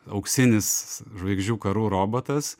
auksinis žvaigždžių karų robotas